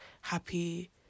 happy